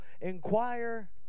inquire